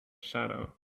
shadow